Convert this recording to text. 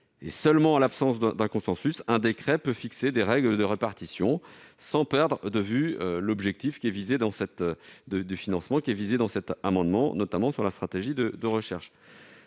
établissements. En l'absence de consensus, un décret peut fixer des règles de répartition, sans perdre de vue l'objectif de financement visé au travers de cet amendement, notamment sur la stratégie de recherche.